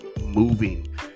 moving